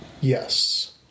Yes